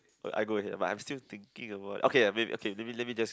I go ahead but I still thinking about okay maybe okay maybe let me just